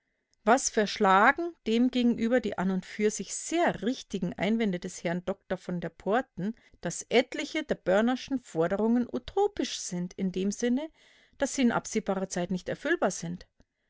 was verschlagen demgegenüber die an und für sich sehr richtigen einwände des herrn dr von der porten daß etliche der börnerschen forderungen utopisch sind in dem sinne daß sie in absehbarer zeit nicht erfüllbar sind